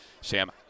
Sam